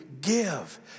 give